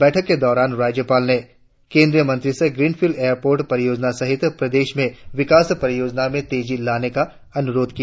बैठक के दौरान राज्यपाल ने केंद्रीय मंत्री से ग्रीनफील्ड एयरपोर्ट परियोजना सहित प्रदेश में विकास परियोजनाओं में तेजी लाने का अनुरोध किया